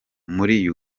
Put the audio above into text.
muri